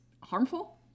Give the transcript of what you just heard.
harmful